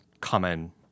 common